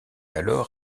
alors